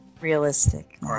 realistic